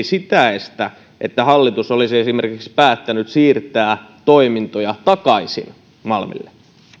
sitä estä jos hallitus olisi esimerkiksi päättänyt siirtää toimintoja takaisin malmille